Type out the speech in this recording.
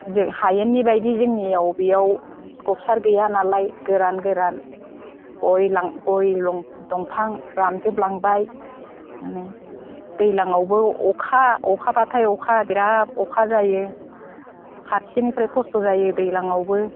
हायेननि बायदि जोंनियाव बेयाव गबसार गैया नालाय गोरान गोरान गय दंफां रानजोबलांबाय दैज्लांआवबो अखा अखाबाथाय बिराद अखा जायो फारसेनिफ्राय खस्थ' जायो दैज्लांआवबो